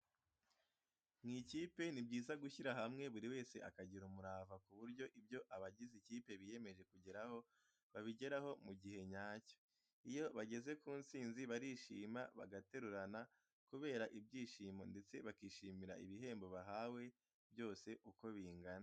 Mu ikipe ni byiza gushyira hamwe buri wese akagira umurava ku buryo ibyo abagize ikipe biyemeje kugeraho babigeraho mu gihe nyacyo. Iyo bageze ku nsinzi barishima bagaterurana kubera ibyishimo ndetse bakishimira ibihembo bahawe byose uko bingana.